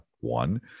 one